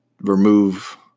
remove